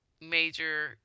major